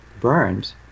burned